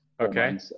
Okay